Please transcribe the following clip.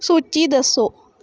ਸੂਚੀ ਦੱਸੋ